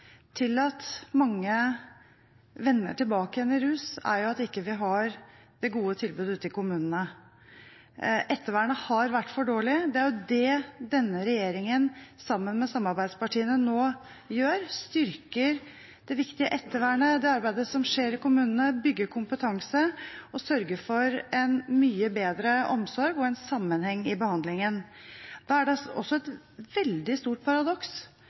til at mange vender tilbake igjen i rus, er jo at vi ikke har det gode tilbudet ute i kommunene. Ettervernet har vært for dårlig. Det som denne regjeringen sammen med samarbeidspartiene nå gjør, er å styrke det viktige ettervernet, det arbeidet som skjer i kommunene, bygge kompetanse og sørge for en mye bedre omsorg og en sammenheng i behandlingen. Da er det også et veldig stort paradoks